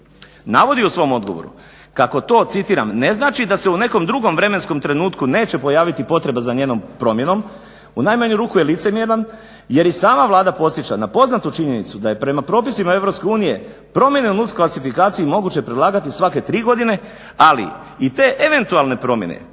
navodi u svom odgovoru kako to, citiram: "Ne znači da se u nekom drugom vremenskom trenutku neće pojaviti potreba za njenom promjenom", u najmanju ruku je licemjeran jer i sama Vlada podsjeća na poznatu činjenicu da je prema propisima EU promjene u NUTS klasifikaciji moguće predlagati svake tri godine ali i te eventualne promjene